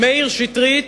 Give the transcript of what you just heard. מאיר שטרית,